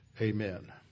Amen